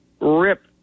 rip